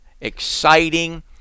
exciting